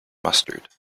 mustard